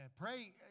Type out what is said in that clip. Pray